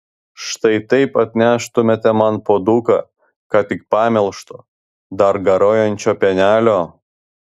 štai taip atneštumėte man puoduką ką tik pamelžto dar garuojančio pienelio